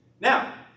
Now